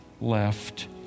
left